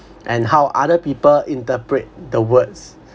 and how other people interpret the words